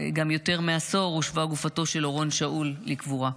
יותר מעשור הושבה גופתו של אורון שאול לקבורה.